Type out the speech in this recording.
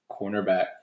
cornerback